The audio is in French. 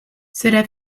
cela